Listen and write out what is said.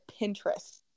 Pinterest